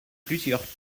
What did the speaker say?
plusieurs